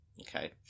Okay